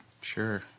Sure